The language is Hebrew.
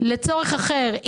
לצורך אחר,